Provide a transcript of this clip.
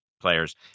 players